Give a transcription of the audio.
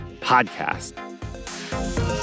podcast